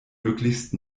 möglichst